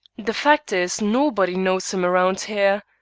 the fact is nobody knows him around here.